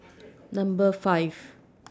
Number five